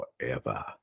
forever